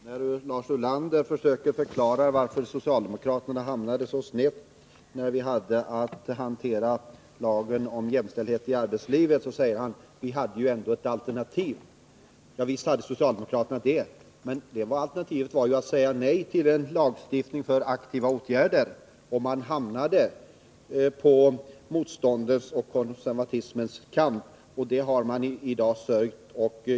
Herr talman! När Lars Ulander försöker förklara varför socialdemokraterna hamnade så snett när vi hade att hantera lagen om jämställdhet i arbetslivet säger han: Vi hade ändå ett alternativ. Visst hade socialdemokraterna det, men alternativet var att säga nej till en lagstiftning för aktiva åtgärder. Socialdemokraterna hamnade därför på motståndets och konservatismens kant. Det har man i dag sörjt.